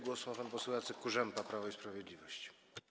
Głos ma pan poseł Jacek Kurzępa, Prawo i Sprawiedliwość.